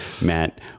Matt